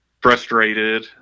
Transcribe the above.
frustrated